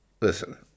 Listen